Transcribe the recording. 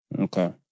Okay